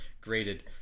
graded